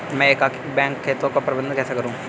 मैं एकाधिक बैंक खातों का प्रबंधन कैसे करूँ?